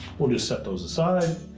we'll just set those aside,